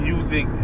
Music